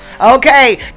okay